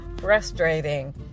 frustrating